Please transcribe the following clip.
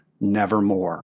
nevermore